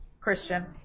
Christian